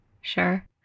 Sure